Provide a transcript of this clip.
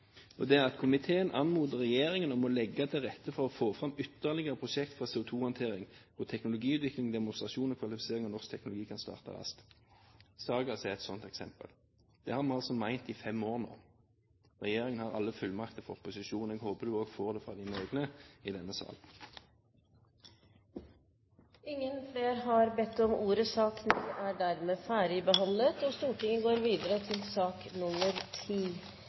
jeg statsråden satt i komiteen: «Komiteen anmoder Regjeringen om å legge til rette for å få frem ytterligere prosjekter for CO2-håndtering, hvor teknologiutvikling, demonstrasjon og kvalifisering av norsk teknologi kan starte raskt.» Sargas er et sånt eksempel. Det har vi altså ment i fem år nå. Regjeringen har alle fullmakter fra opposisjonen. Jeg håper statsråden også får det fra sine egne i denne salen. Flere har ikke bedt om ordet til sak